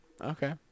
Okay